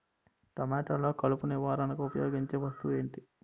టమాటాలో కలుపు నివారణకు ఉపయోగించే వస్తువు ఏంటి?